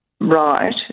right